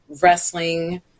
wrestling